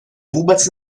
vůbec